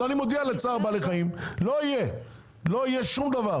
אני מודיע לצער בעלי חיים לא יהיה שום דבר